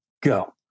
Go